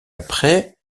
après